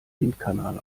windkanal